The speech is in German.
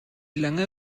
lange